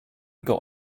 got